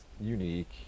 unique